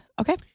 Okay